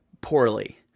poorly